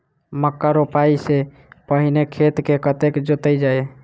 मक्का रोपाइ सँ पहिने खेत केँ कतेक जोतल जाए?